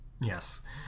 Yes